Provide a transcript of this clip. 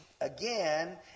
again